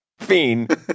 fiend